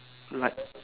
light